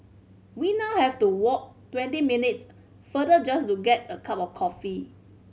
we now have to walk twenty minutes farther just to get a cup of coffee